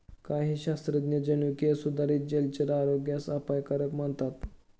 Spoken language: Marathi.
काही शास्त्रज्ञ जनुकीय सुधारित जलचर आरोग्यास अपायकारक मानतात